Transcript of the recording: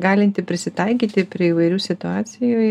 galinti prisitaikyti prie įvairių situacijų